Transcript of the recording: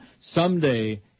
someday